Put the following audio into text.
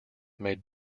made